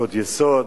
זכויות יסוד,